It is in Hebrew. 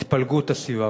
התפלגות הסיוע.